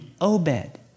Obed